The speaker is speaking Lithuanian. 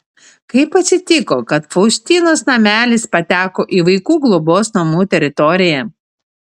kaip atsitiko kad faustinos namelis pateko į vaikų globos namų teritoriją